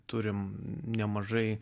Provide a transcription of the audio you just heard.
turime nemažai